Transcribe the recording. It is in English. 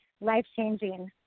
life-changing